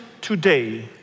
today